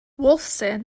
wolfson